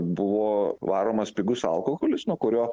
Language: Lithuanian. buvo varomas pigus alkoholis nuo kurio